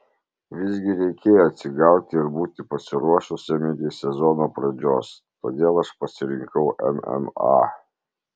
visgi reikėjo atsigauti ir būti pasiruošusiam iki sezono pradžios todėl aš pasirinkau mma